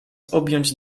objąć